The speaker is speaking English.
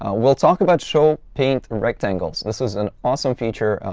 ah we'll talk about show paint rectangles. this is an awesome feature,